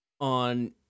on